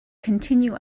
continue